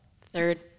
Third